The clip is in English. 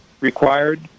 required